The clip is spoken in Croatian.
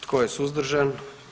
Tko je suzdržan?